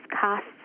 costs